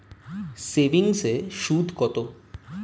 সেভিংসে সুদ কত?